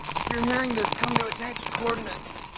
if you're hearing this come to attached coordinates!